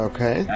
Okay